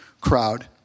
crowd